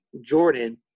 Jordan